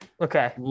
Okay